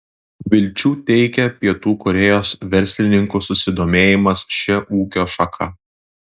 vilčių teikia pietų korėjos verslininkų susidomėjimas šia ūkio šaka